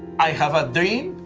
i have a dream.